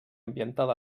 ambientada